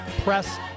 Press